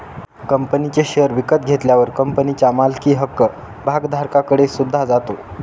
कंपनीचे शेअर विकत घेतल्यावर कंपनीच्या मालकी हक्क भागधारकाकडे सुद्धा जातो